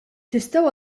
tistgħu